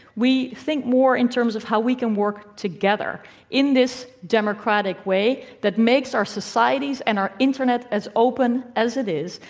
we think more in terms of how we can work together in this democratic way that makes our societies and our internet as open as it is,